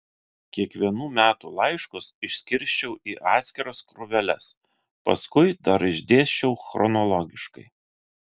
kiekvienų metų laiškus išskirsčiau į atskiras krūveles paskui dar išdėsčiau chronologiškai